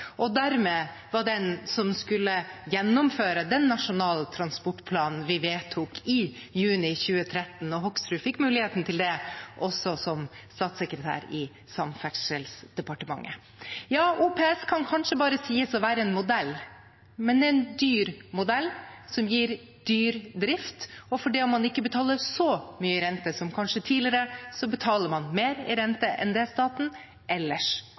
og dermed var den som skulle gjennomføre den nasjonale transportplanen vi vedtok i juni 2013. Hoksrud fikk muligheten til det også som statssekretær i Samferdselsdepartementet. OPS kan kanskje bare sies å være en modell, men det er en dyr modell som gir dyr drift. Og selv om man kanskje ikke betaler så mye rente som tidligere, betaler man mer i rente enn det staten ellers